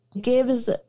gives